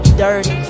dirty